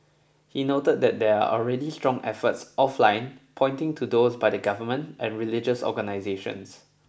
he noted that there are already strong efforts offline pointing to those by the Government and religious organizations